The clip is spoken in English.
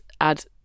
add